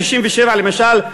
ב-1967 למשל,